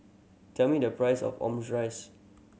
tell me the price of Omurice